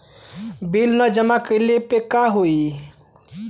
Bill न जमा कइले पर का होई?